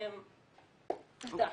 אוקי,